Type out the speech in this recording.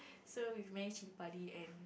serve with many chilli padi and